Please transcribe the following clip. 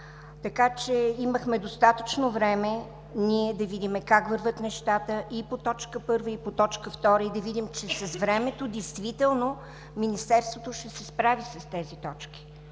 заседание. Имахме достатъчно време да видим как вървят нещата и по точка първа, и по точка втора, и да видим, че с времето действително Министерството ще се справи с тези точки,